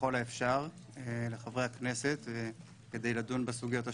ככל האפשר לחברי הכנסת כדי לדון בסוגיות השונות.